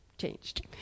changed